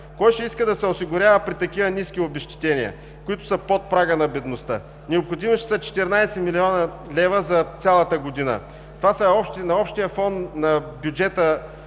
Кой ще иска да се осигурява при такива ниски обезщетения, които са под прага на бедността? Необходими ще са 14 млн. лв. за цялата година. На общия фон на бюджета